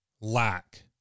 LACK